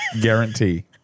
Guarantee